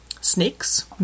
snakes